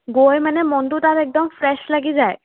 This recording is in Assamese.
গৈ মানে মনটো তাত একদম ফ্ৰেছ লাগি যায়